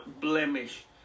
blemish